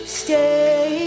stay